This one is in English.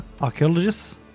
archaeologists